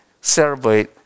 celebrate